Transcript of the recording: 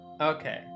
Okay